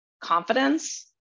confidence